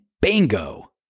bingo